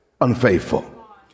unfaithful